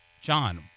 John